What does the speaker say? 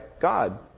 God